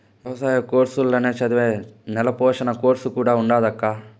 ఎవసాయ కోర్సుల్ల నే చదివే నేల పోషణ కోర్సు కూడా ఉండాదక్కా